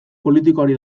politikoari